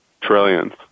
Trillions